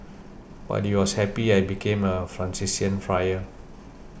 but he was happy I became a Franciscan friar